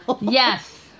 Yes